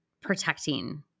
protecting